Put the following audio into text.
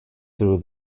through